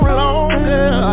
longer